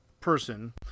person